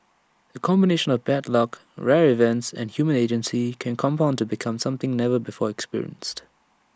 A combination of bad luck rare events and human agency can compound to become something never before experienced